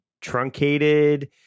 truncated